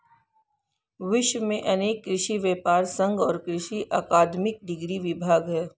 विश्व में अनेक कृषि व्यापर संघ और कृषि अकादमिक डिग्री विभाग है